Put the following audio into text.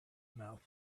mouth